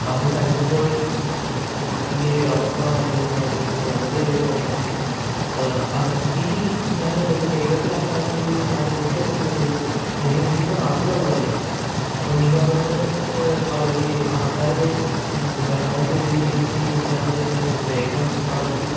അത് കഴിഞ്ഞപ്പോഴേക്കും ഇങ്ങനെ ഒരവസ്ഥ വന്നല്ലോ എന്നാലോചിക്കുമ്പോള് വളരെയധികം വിഷമമുണ്ട് ഇനി ഞാന് അത് വേഗത്തിലാക്കാന് വേണ്ടി ഞനെന്തൊക്കെയാണ് ചെയ്യേണ്ടത് ഇതിനി നീയിപ്പോള് നാട്ടിലുള്ളതല്ലേ അപ്പോള് നീയവിടുന്ന് അവരുടെ ആള്ക്കാരുടെ സഹായം തേടി എനിക്ക് ഞാനതെങ്ങനെ വേഗം നടത്തി